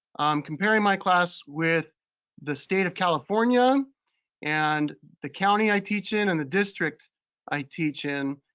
i'm comparing my class with the state of california and the county i teach in and the district i teach in.